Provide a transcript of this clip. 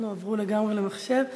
אצלנו עברו לגמרי למחשב.